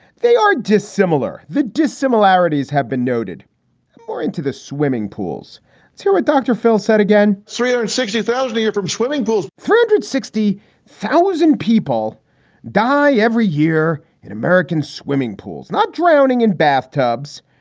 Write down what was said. they are dissimilar the dissimilarities have been noted or into the swimming pools to a dr. phil said again shriller and sixty thousand a year from swimming pools three hundred sixty thousand people die every year in american swimming pools, not drowning in bathtubs,